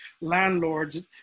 landlords